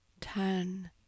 ten